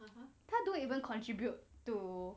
他 don't even contribute to